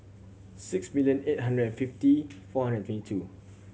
six million eight hundred and fifty four hundred and twenty two